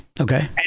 Okay